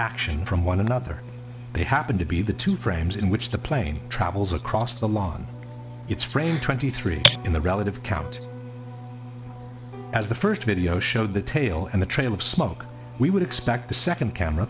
action from one another they happen to be the two frames in which the plane travels across the lawn it's frame twenty three in the relative count as the first video showed the tail and the trail of smoke we would expect the second camera